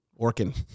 Orkin